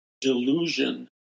delusion